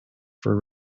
for